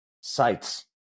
sites